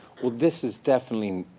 well, this is definitely